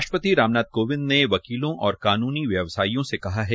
राष्ट्रपति रामनाथ कोविंद ने वकीलों और कानूनी व्यवसायियों से कहा है